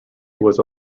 was